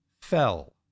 fell